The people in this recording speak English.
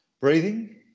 breathing